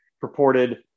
purported